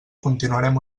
continuarem